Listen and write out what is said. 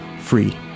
free